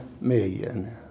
million